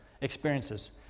experiences